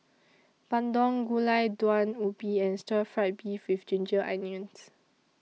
Bandung Gulai Daun Ubi and Stir Fried Beef with Ginger Onions